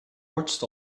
watched